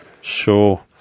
Sure